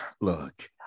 look